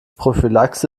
prophylaxe